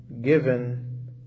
given